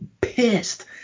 pissed